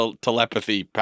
telepathy